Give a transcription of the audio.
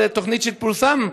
על תוכנית שפורסמה,